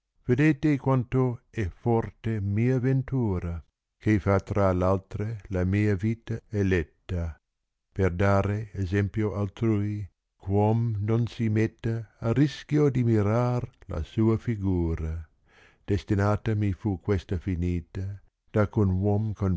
vedete quanto è forte mia ventura che fa tra v altre la mia vita eletta per dare esempio altrui chuom non si metta a rischio di mirar la sua gura destinata mi fu questa finita dacch un uom